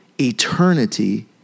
eternity